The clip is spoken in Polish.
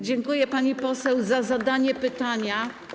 Dziękuję, pani poseł, za zadanie pytań.